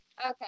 Okay